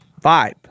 vibe